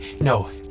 no